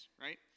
right